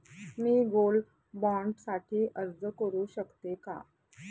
मी gold bond साठी अर्ज करु शकते का?